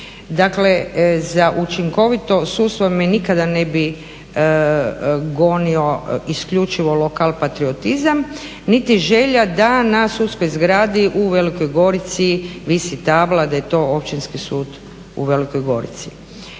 dakle za učinkovito sudstvo me nikada ne bi gonio isključivo lokalpatriotizam niti želja da na sudskoj zgradi u Velikoj Gorici visi tabla da je to Općinski sud u Velikoj Gorici.